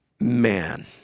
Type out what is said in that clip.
Man